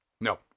No